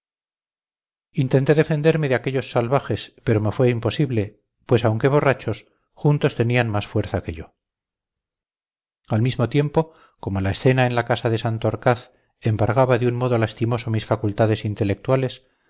intenté defenderme de aquellos salvajes pero me fue imposible pues aunque borrachos juntos tenían más fuerza que yo al mismo tiempo como la escena en la casa de santorcaz embargaba de un modo lastimoso mis facultades intelectuales